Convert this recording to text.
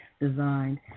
designed